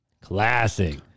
classic